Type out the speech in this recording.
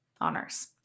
honors